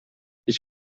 ich